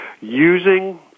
using